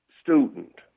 student